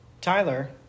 Tyler